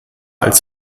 als